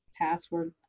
Password